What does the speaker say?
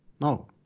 No